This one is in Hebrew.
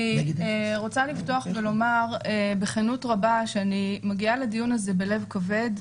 אני רוצה לפתוח ולומר בכנות רבה שאני מגיעה לדיון הזה בלב כבד,